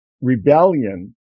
rebellion